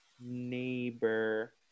neighbor